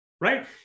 right